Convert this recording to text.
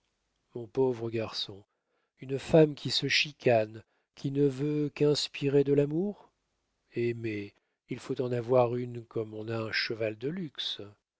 mon pauvre garçon une femme qui se chicane qui ne veut qu'inspirer de l'amour eh mais il faut en avoir une comme on a un cheval de luxe